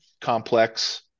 complex